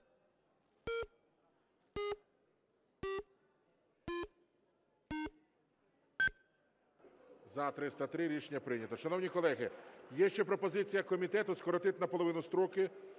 За-303 Рішення прийнято. Шановні колеги, є ще пропозиція комітету скоротити наполовину строки